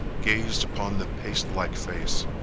gazed upon the pastelike face.